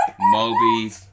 Moby